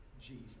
Jesus